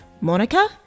Monica